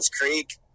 Creek